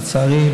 לצערי,